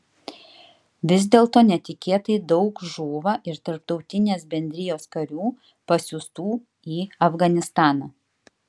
vis dėlto netikėtai daug žūva ir tarptautinės bendrijos karių pasiųstų į afganistaną